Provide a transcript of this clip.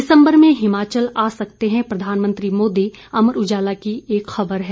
दिसंबर में हिमाचल आ सकते हैं प्रधानमंत्री मोदी अमर उजाला की एक खबर है